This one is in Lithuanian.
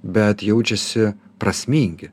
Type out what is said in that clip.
bet jaučiasi prasmingi